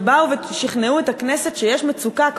ושכנעו את הכנסת שיש מצוקה,